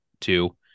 two